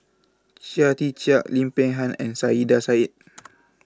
Chia Tee Chiak Lim Peng Han and Saiedah Said